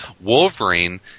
Wolverine